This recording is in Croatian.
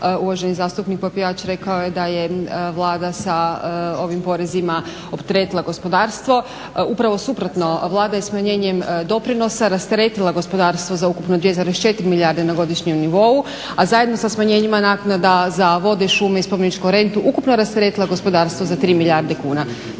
uvaženi zastupnik Popijač rekao je da je Vlada sa ovim porezima opteretila gospodarstvo. Upravo suprotno, Vlada je smanjenjem doprinosa rasteretila gospodarstvo za ukupno 2,4 milijarde na godišnjem nivou, a zajedno sa smanjenjima naknada za vode, šume i spomeničku rentu ukupno rasteretila gospodarstvo za 3 milijarde kuna.